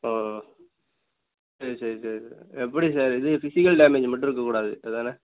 ஓ ஓ சரி சரி சரி சார் எப்படி சார் இது ஃபிஸிக்கல் டேமேஜ் மட்டும் இருக்கக்கூடாது அதானே